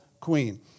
queen